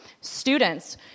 Students